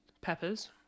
peppers